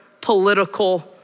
political